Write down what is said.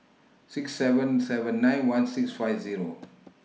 six seven seven nine one six five Zero